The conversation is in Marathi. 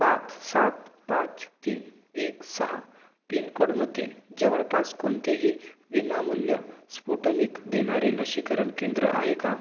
पाच सात पाच तीन एक सहा पिनकोडमद्धे जवळपास कोणतेही विनामूल्य स्पुटनिक देणारे लसीकरण केंद्र आहे का